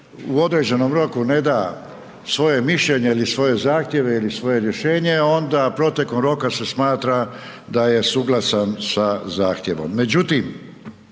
u određenom roku ne da svoje mišljenje ili svoje zahtjeve ili svoje rješenje, onda protekom roka se smatra da je suglasan sa zahtjevom.